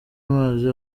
amazi